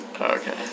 okay